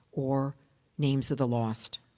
or names of the lost.